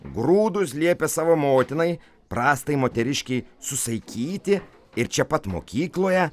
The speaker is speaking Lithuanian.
grūdus liepė savo motinai prastai moteriškei susaikyti ir čia pat mokykloje